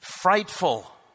frightful